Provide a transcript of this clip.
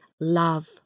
love